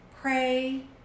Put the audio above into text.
pray